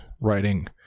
writing